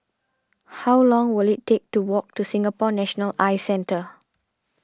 how long will it take to walk to Singapore National Eye Centre